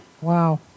Wow